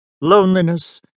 loneliness